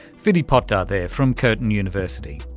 vidy potdar there from curtin university.